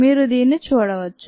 మీరు దీన్ని చూడవచ్చు